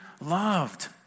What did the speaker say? loved